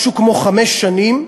משהו כמו חמש שנים,